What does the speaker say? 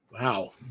Wow